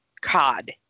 cod